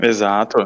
Exato